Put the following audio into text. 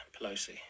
Pelosi